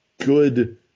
good